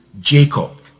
Jacob